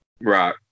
Right